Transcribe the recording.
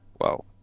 wow